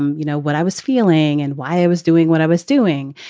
um you know what i was feeling and why i was doing what i was doing.